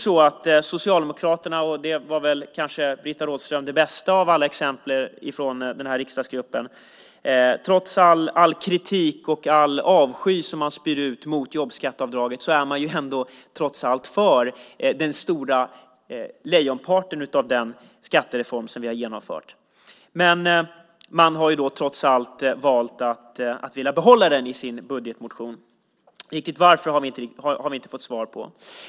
Socialdemokraterna, och det var väl kanske Britta Rådström det bästa exemplet på från denna riksdagsgrupp, är trots all kritik och avsky som man spyr ut mot jobbskatteavdraget för lejonparten av den skattereform som vi har genomfört. Man har valt att behålla den i sin budgetmotion. Varför har vi dock inte fått svar på.